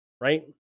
right